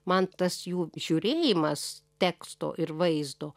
man tas jų žiūrėjimas teksto ir vaizdo